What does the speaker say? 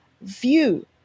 view